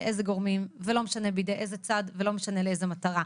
איזה גורמים ולא משנה בידי איזה צד ולא משנה לאיזו מטרה.